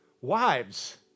Wives